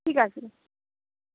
ঠিক আছে